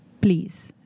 Please